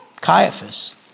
Caiaphas